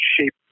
shape